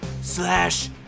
slash